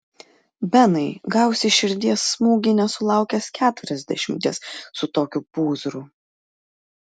benai gausi širdies smūgį nesulaukęs keturiasdešimties su tokiu pūzru